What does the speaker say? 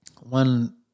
One